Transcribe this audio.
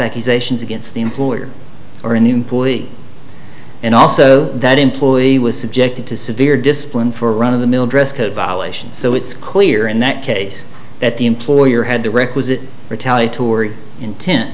accusations against the employer or an employee and also that employee was subjected to severe discipline for run of the mill dress code violations so it's clear in that case that the employer had the requisite retaliatory intent